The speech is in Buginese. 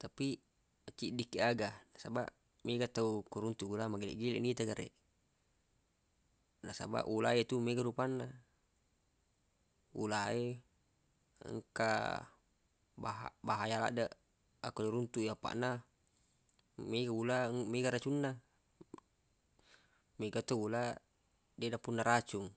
tapi maciddiq kiq aga nasabaq mega tau ko runtuq ula mageleq-geleq nita gareq nasabaq ula e tu mega rupanna ula e engka baha- bahaya laddeq akko iruntuq i apaq na mega ula mega racunna mega to ula deq napunna racung